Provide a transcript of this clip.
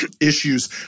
issues